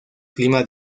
clima